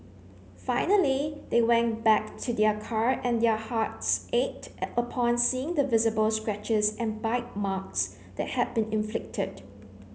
finally they went back to their car and their hearts ached upon seeing the visible scratches and bite marks that had been inflicted